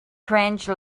cringe